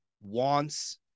wants